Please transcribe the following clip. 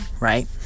right